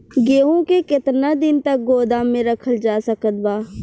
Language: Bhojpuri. गेहूँ के केतना दिन तक गोदाम मे रखल जा सकत बा?